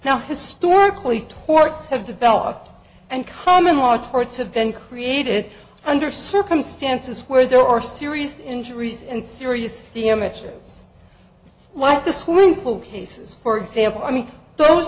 now historically torts have developed and common watch courts have been created under circumstances where there are serious injuries and serious damage to us like the swing vote cases for example i mean those